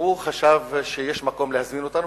הוא חשב שיש מקום להזמין אותנו,